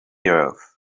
earth